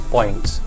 Points